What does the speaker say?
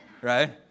Right